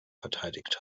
verteidigt